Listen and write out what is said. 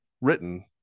written